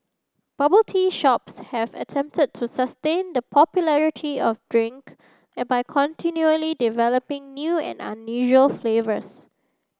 bubble tea shops have attempted to sustain the popularity of drink by continually developing new and unusual flavours